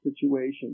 situation